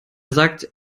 sagt